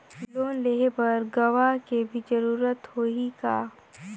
Loan लेहे बर गवाह के भी जरूरत होही का?